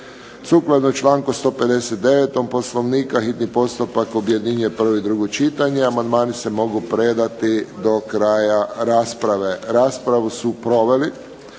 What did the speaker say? Sukladno čl. 159. Poslovnika hitni postupak objedinjuje prvo i drugo čitanje. Amandmani se mogu predati do kraja rasprave. Raspravu su proveli